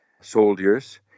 soldiers